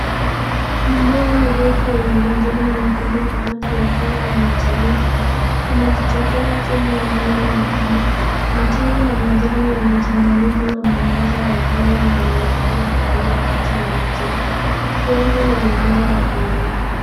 Mimea mirefu yenye majani makubwa baadhi yakiwa yamechanika, imejitokeza chini ya anga ya blue . Matawi na majani yamechanganyika na mwangaza wa jua unaoonekana kupenya kati ya majani, huenda ni mimea ya porini.